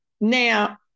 now